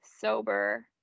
sober